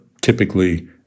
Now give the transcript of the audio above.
typically